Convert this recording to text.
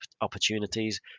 opportunities